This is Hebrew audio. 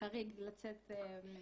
חריג במיוחד לצאת למשלחת,